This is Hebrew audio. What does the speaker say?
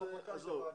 עזוב,